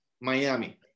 Miami